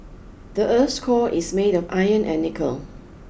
the earth core is made of iron and nickel